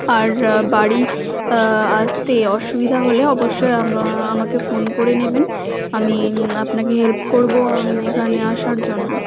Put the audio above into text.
আর বাড়ি আসতে অসুবিধা হলে অবশ্যই আমাকে ফোন করে নেবেন আমি আপনাকে হেল্প করবো এখানে আসার জন্য